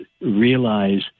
realize